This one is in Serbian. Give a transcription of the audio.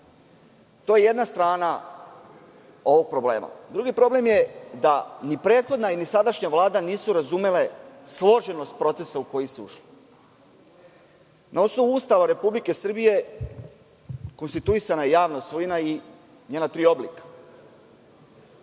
To je jedna strana ovog problema. Drugi problem je da ni prethodna ni sadašnja Vlada nisu razumele složenost procesa u koji se ušlo. Na osnovu Ustava Republike Srbije konstituisana je javna svojina i njena tri oblika.